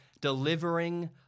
delivering